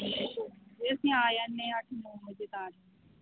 ਜੀ ਅਸੀਂ ਆ ਜਾਂਦੇ ਹਾਂ ਅੱਠ ਨੌਂ ਵਜੇ ਤਾਂ ਆ ਜਾਂਦੇ ਹਾਂ